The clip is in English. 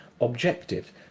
objective